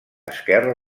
esquerra